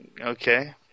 Okay